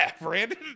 Brandon